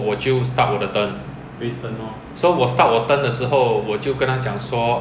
okay lah so that's all I need to know but okay lah normal procedure 也是要 familiar mah